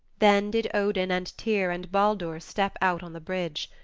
then did odin and tyr and baldur step out on the bridge.